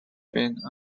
been